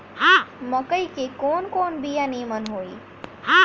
मकई के कवन कवन बिया नीमन होई?